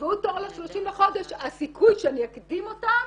שיקבעו תור ל-30 לחודש הסיכוי שאני אקדים אותן